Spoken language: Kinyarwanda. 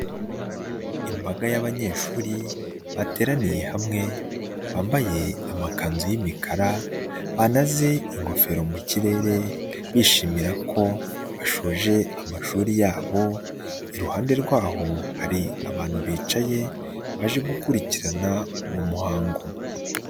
Imbaga y'abanyeshuri bateraniye hamwe bambaye amakanzu y'imikara, banaze ingofero mu kirere bishimira ko bashoje amashuri yabo, iruhande rw'aho hari abantu bicaye baje gukurikirana uwo muhango.